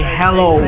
hello